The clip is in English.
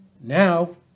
now